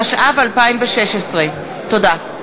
התשע"ו 2016. תודה.